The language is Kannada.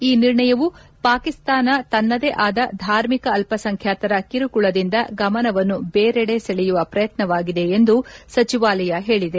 ಈ ನಿರ್ಣಯವು ಪಾಕಿಸ್ತಾನ ತನ್ನದೇ ಆದ ಧಾರ್ಮಿಕ ಅಲ್ಲಸಂಖ್ಯಾತರ ಕಿರುಕುಳದಿಂದ ಗಮನವನ್ನು ಬೇರೆಡೆ ಸೆಳೆಯುವ ಪ್ರಯತ್ನವಾಗಿದೆ ಎಂದು ಸಚಿವಾಲಯ ಹೇಳಿದೆ